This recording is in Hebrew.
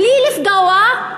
בלי לפגוע,